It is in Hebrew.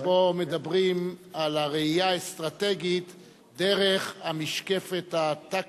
שבו מדברים על הראייה האסטרטגית דרך המשקפת הטקטית,